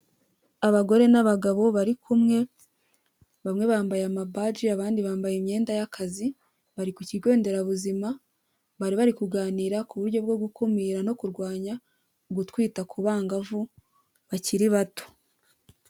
Abagore n'abagabo bari kumwe, bamwe bambaye amabaji abandi bambaye imyenda y'akazi, bari ku kigo nderabuzima, bari bari kuganira ku buryo bwo gukumira no kurwanya, gutwita ku bangavu bakiri bato.